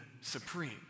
supreme